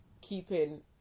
keeping